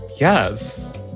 Yes